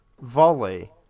volley